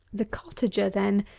the cottager, then,